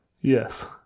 Yes